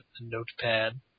notepad